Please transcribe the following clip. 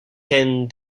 can